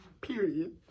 period